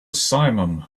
simum